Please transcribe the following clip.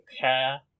care